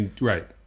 Right